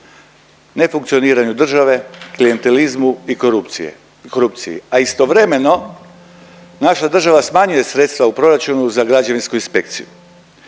nefunkcioniranju države, klijentelizmu i korupcije, korupciji, a istovremeno naša država smanjuje sredstva u proračunu za građevinsku inspekciju.